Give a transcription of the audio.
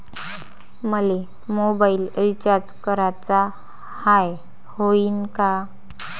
मले mobile recharge कराचा हाय, होईनं का?